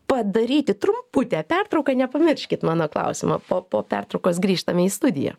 padaryti trumputę pertrauką nepamirškit mano klausimo po po pertraukos grįžtame į studiją